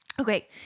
Okay